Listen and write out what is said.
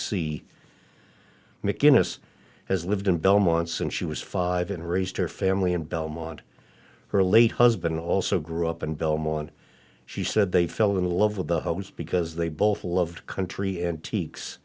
c macinnis has lived in belmont since she was five and raised her family in belmont her late husband also grew up in belmont she said they fell in love with the homes because they both loved country antiques